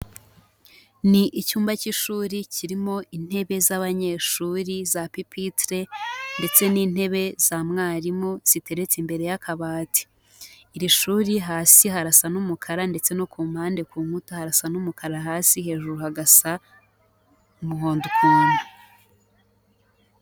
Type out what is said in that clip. Ni icyumba cy'ishuri kirimo intebe z'abanyeshuri za pupitre ndetse n'intebe za mwarimu ziteretse imbere y'akabati. Iri shuri hasi harasa n'umukara ndetse no ku mpande ku nkuta harasa n'umukara hasi, hejuru hagasa umuhondo ukuntu.